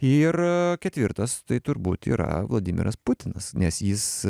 ir ketvirtas tai turbūt yra vladimiras putinas nes jis